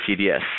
CDS